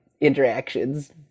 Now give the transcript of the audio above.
interactions